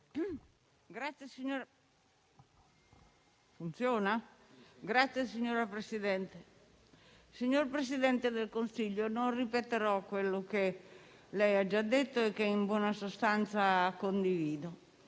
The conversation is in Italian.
*(Misto-+Eu-Az)*. Signor Presidente del Consiglio, non ripeterò quello che lei ha già detto, che in buona sostanza condivido.